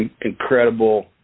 incredible